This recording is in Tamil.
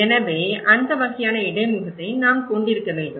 எனவே அந்த வகையான இடைமுகத்தை நாம் கொண்டிருக்க வேண்டும்